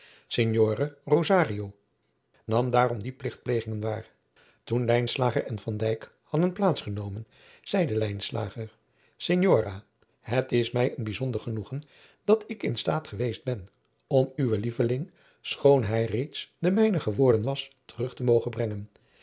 rosario nam daarom die pligtplegingen waar toen lijnslager en van dijk hadden plaats genomen zeide lijnslager signora het is mij een bijzonder genoegen dat ik in staat geweest ben om uwen lieveling schoon hij reeds de mijne geworden was terug te mogen brengen